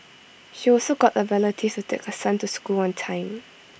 she also got A relative to take her son to school on time